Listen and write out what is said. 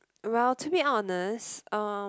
well to be honest uh